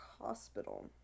Hospital